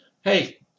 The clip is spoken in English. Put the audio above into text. hey